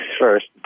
first